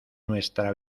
nuestra